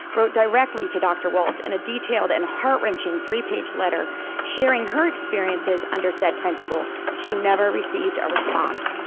wrote directly to dr. waltz in a detailed and heart-wrenching three-page letter sharing her experiences under said principal. she never received a response.